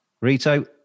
Rito